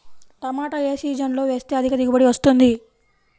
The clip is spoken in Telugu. టమాటా ఏ సీజన్లో వేస్తే అధిక దిగుబడి వస్తుంది?